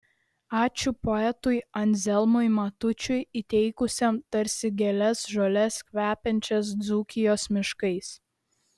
ačiū poetui anzelmui matučiui įteikusiam tarsi gėles žoles kvepiančias dzūkijos miškais